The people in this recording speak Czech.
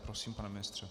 Prosím, pane ministře.